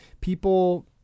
people